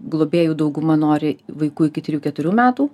globėjų dauguma nori vaikų iki trijų keturių metų